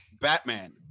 Batman